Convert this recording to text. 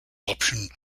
option